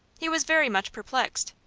he was very much perplexed.